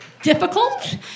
difficult